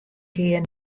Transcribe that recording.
kear